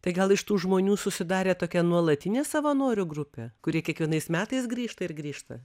tai gal iš tų žmonių susidarė tokia nuolatinė savanorių grupė kurie kiekvienais metais grįžta ir grįžta